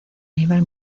nivel